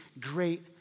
great